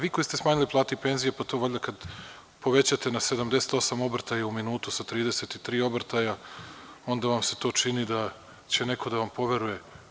Vi koji ste smanjili plate i penzije, pa to valjda kad povećate na 78 obrtaja u minuti sa 33 obrtaja onda vam se to čini da će neko da vam poveruje.